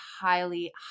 highly